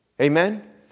Amen